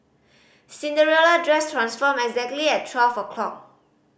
Cinderella dress transformed exactly at twelve o'clock